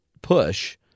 push